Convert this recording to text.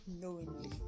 knowingly